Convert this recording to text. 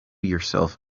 yourself